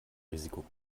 risiko